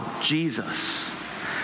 Jesus